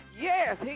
Yes